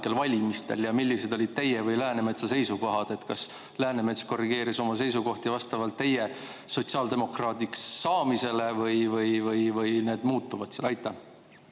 Millised olid teie ja millised Läänemetsa seisukohad? Kas Läänemets korrigeeris oma seisukohti vastavalt teie sotsiaaldemokraadiks saamisele või need muutuvad seal? Aitäh,